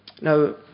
Now